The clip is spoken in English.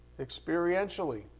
experientially